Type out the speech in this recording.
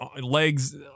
legs